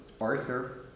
Arthur